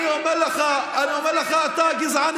אני אומר לך: אתה הגזען,